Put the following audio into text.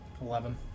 Eleven